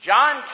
John